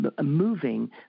moving